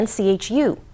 NCHU